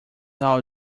all